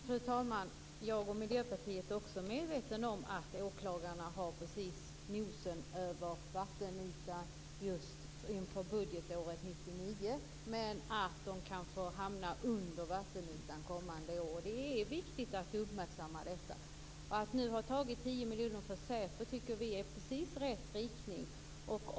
Fru talman! Jag och Miljöpartiet är också medvetna om att åklagarna har nosen precis över vattenytan inför budgetåret 1999, men att de kanske hamnar under vattenytan kommande år. Det är viktigt att uppmärksamma detta. Att man nu har tagit 10 miljoner för SÄPO tycker vi är precis rätt inriktning.